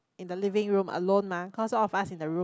in the living room alone mah cause all of us in the room